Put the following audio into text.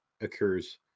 occurs